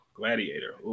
Gladiator